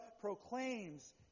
proclaims